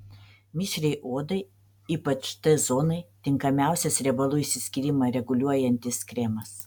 mišriai odai ypač t zonai tinkamiausias riebalų išsiskyrimą reguliuojantis kremas